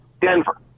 Denver